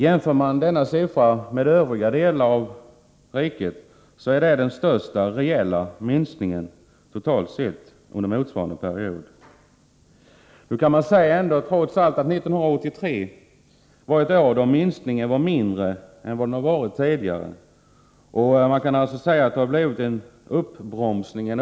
Jämför man denna siffra med övriga delar av riket finner man att detta är den största reella minskningen totalt sett under denna period. Nu kan man emellertid säga att 1983 var det år då minskningen var mindre än tidigare. Det har alltså blivit en uppbromsning.